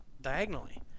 diagonally